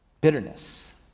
bitterness